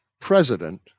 president